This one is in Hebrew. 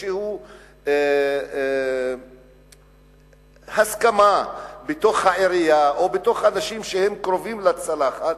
איזו הסכמה בתוך העירייה או אצל האנשים שקרובים לצלחת,